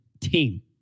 team